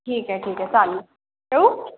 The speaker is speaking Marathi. ठीक आहे ठीक आहे चालेल ठेऊ